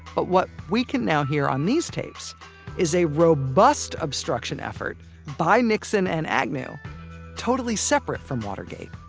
but what we can now hear on these tapes is a robust obstruction effort by nixon and agnew totally separate from watergate!